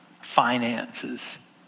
finances